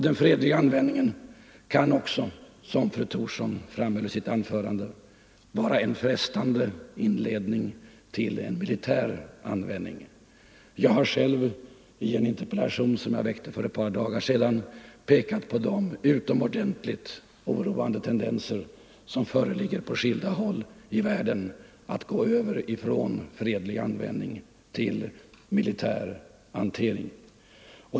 Den fredliga användningen kan också, som fru Thorsson framhöll i sitt anförande, vara en frestande inledning till en militär användning. Jag har själv i en interpellation, som jag framställde för ett par dagar sedan, pekat på de utomordentligt oroande tendenser som föreligger på skilda håll i världen — att gå över från fredlig användning till militärt bruk.